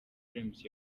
james